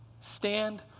Stand